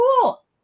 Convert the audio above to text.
cool